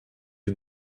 you